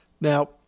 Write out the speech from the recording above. Now